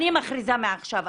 אני מכריזה מעכשיו,